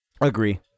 Agree